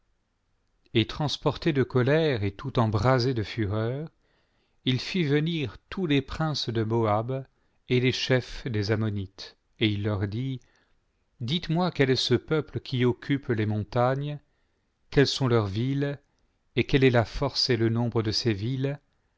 et transporté de colère et tout embrasé de fureur il fit venir tous les princes de moab et les chefs des ammonites et il leur dit dites-moi quel est ce peuple qui occupe les montagnes quelles sont leurs villes et quelle est la force et le nombre de ces villes